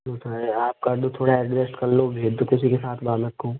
तो सर आप कर लों थोड़ा ऐडजेस्ट कर लो भेज दो किसी के साथ बालक को